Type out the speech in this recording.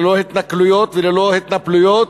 ללא התנכלויות ללא התנפלויות.